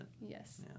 Yes